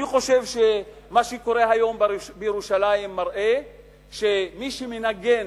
אני חושב שמה שקורה היום בירושלים מראה שמי שמנגן,